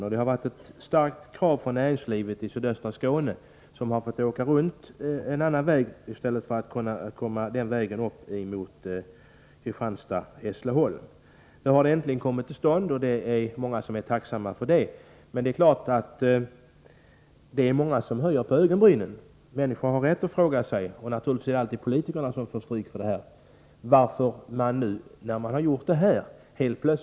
Kravet på upprustning har varit starkt från näringslivet i sydöstra Skåne, eftersom man har fått ta en annan väg och åka runt för att komma upp mot Kristianstad och Hässleholm. Nu har ombyggnaden emellertid kommit till stånd, och många är tacksamma för det, men det är klart att många höjer på ögonbrynen när det nu helt plötsligt talas om att man skulle riva upp rälsen.